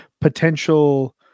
potential